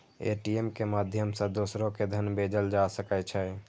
ATM के माध्यम सं दोसरो कें धन भेजल जा सकै छै